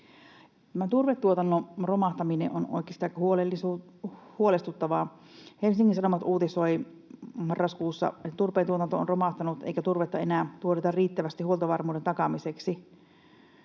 turvetuotannon romahtaminen on oikeastaan aika huolestuttavaa. Helsingin Sanomat uutisoi marraskuussa, että turpeentuotanto on romahtanut eikä turvetta enää tuoteta riittävästi huoltovarmuuden takaamiseksi.